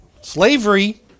Slavery